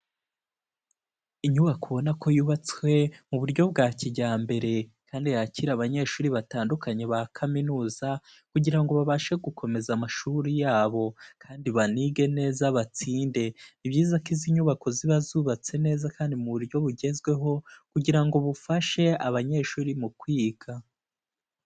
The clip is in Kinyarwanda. Inyubako ubona ko yubatswe mu buryo bwa kijyambere kandi yakira abanyeshuri batandukanye ba kaminuza kugira ngo babashe gukomeza amashuri yabo kandi banige neza batsinde, ni ibyiza ko izi nyubako ziba zubatse neza kandi mu buryo bugezweho kugira ngo bufashe abanyeshuri mu kwiga.